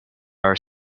are